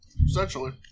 Essentially